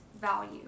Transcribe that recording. value